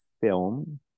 film